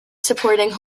supporting